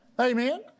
amen